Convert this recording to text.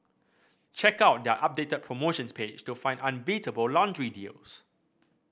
check out their updated promotions page to find unbeatable laundry deals